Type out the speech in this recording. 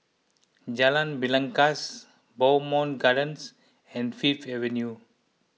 Jalan Belangkas Bowmont Gardens and Fifth Avenue